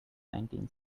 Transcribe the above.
nineteen